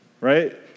right